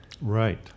Right